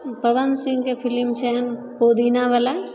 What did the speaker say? पवन सिंहके फिलिम छै हँ पुदिनावला